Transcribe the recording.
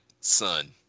son